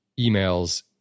emails